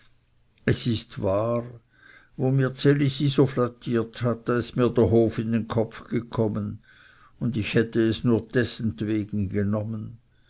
es ist wahr wo mir ds elisi so flattiert hat da ist mir der hof in den kopf gekommen und ich hätte es nur deßtwegen genommen